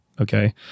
okay